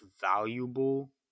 valuable